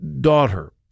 daughter